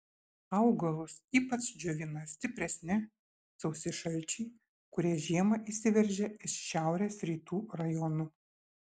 augalus ypač džiovina stipresni sausi šalčiai kurie žiemą įsiveržia iš šiaurės rytų rajonų